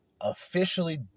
officially